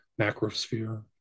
macrosphere